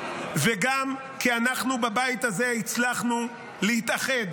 וגם כי אנחנו בבית הזה הצלחנו להתאחד